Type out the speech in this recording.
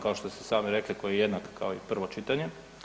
Kao što ste sami rekli to je jednak kao i prvo čitanje.